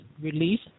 release